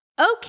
Okay